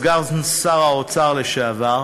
סגן שר האוצר לשעבר,